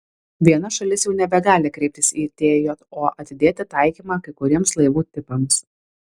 viena šalis jau nebegali kreiptis į tjo atidėti taikymą kai kuriems laivų tipams